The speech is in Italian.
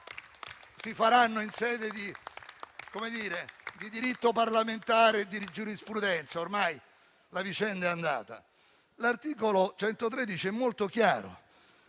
si faranno in sede di diritto parlamentare e di giurisprudenza, ormai la vicenda è andata. L'articolo 113 è molto chiaro